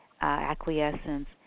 acquiescence